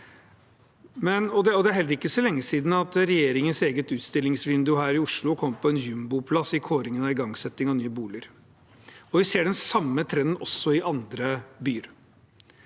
Det er heller ikke så lenge siden regjeringens eget utstillingsvindu, Oslo, kom på jumboplass i en kåring om igangsetting av nye boliger. Vi ser den samme trenden i andre byer